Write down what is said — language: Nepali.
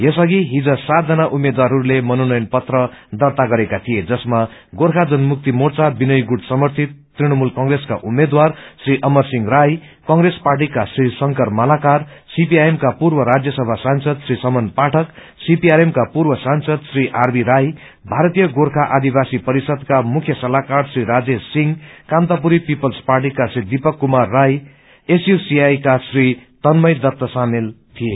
यस अधि हिज सातजना उम्मेद्वारहरूले मनोनयन पत्र दर्ता गरेका थिए जसमा गोर्खा जनमुक्ति मोर्चा विनय गुट समर्थित तृणमूल कंग्रेसका उम्मेद्वार श्री अमर सिंह राई कंग्रेस पार्टीका श्री शंकर मालाकर सीपीआईएमका पूर्व राज्य सभा सांसद श्री समन पाठक सीपीआरएमका पूर्व सांसद श्री आरबी राई भारतीय गोर्खा आदिवासी परिषदका मुख्य सल्लाहकार श्री राजेश सिंह कामतापुरी पिपल्स पार्टीका श्री दिपक कुमार राय एसयूएससीका तन्मय दत्त सामेल थिए